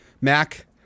Mac